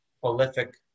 prolific